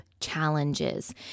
challenges